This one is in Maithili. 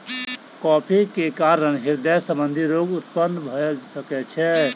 कॉफ़ी के कारण हृदय संबंधी रोग उत्पन्न भअ सकै छै